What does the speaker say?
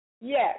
Yes